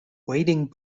wading